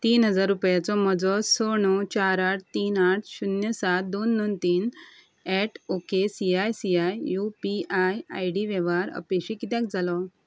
तीन हजार रुपयाचो म्हजो स णव चार आठ तीन आठ शुन्य सात दोन दोन तीन at okay C I C I U P I I D वेव्हार अपेशी कित्याक जालो